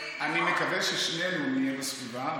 אני מקווה ששנינו נהיה בסביבה,